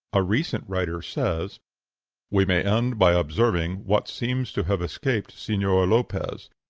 a recent writer says we may end by observing, what seems to have escaped senor lopez,